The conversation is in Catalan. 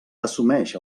assumeix